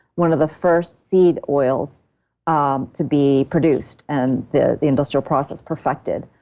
one of the first seed oils um to be produced and the the industrial process perfected.